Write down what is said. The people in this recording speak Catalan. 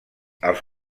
als